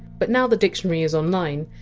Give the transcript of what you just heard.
but now the dictionary is online,